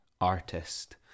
artist